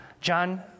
John